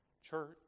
church